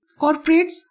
corporates